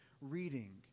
reading